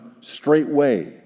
straightway